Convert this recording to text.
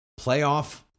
Playoff